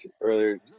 earlier